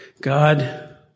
God